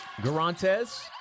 Garantes